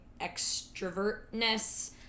extrovertness